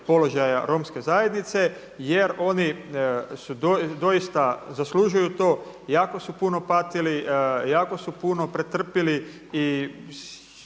položaja romske zajednice jer oni doista zaslužuju to, jako su puno patili, jako su puno pretrpili.